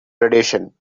tradition